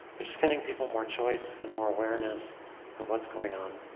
but just giving people more choice and more awareness of what's going on.